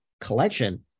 collection